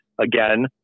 Again